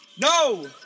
No